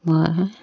মই